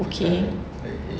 okay